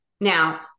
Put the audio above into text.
Now